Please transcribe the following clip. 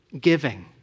giving